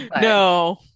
No